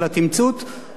חבר הכנסת כץ, על התמצות.